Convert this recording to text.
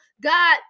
God